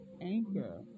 Anchor